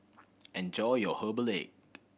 enjoy your herbal egg